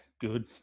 good